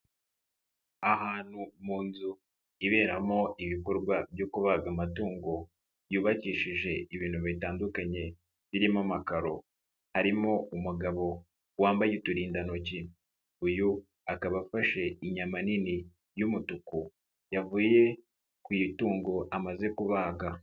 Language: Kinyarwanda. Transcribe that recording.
Ahantu mu nzu iberamo ibikorwa byo kubaga amatungo yubakishije ibintu bitandukanye birimo amakaro, harimo umugabo wambaye uturindantoki, uyu akaba afashe inyama nini y'umutuku yavuye ku itungo amaze kubaga.